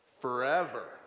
forever